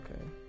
Okay